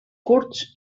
curts